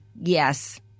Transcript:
yes